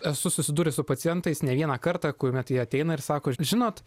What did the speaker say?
esu susidūręs su pacientais ne vieną kartą kuomet jie ateina ir sako žinot